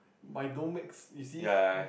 but it don't make you see